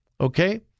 Okay